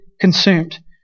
consumed